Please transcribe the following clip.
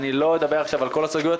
אני לא אדבר עכשיו על כל הסוגיות,